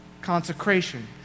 consecration